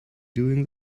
doing